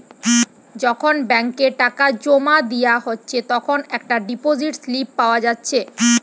যখন ব্যাংকে টাকা জোমা দিয়া হচ্ছে তখন একটা ডিপোসিট স্লিপ পাওয়া যাচ্ছে